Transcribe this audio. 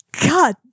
God